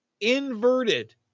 inverted